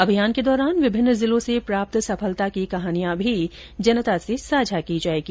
अभियान के दौरान विभिन्न जिलों से प्राप्त सफलता की कहानियां भी जनता से साझा की जाएगी